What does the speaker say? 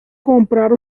comprar